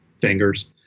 fingers